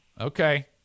okay